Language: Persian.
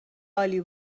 عالی